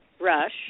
rush